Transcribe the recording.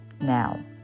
now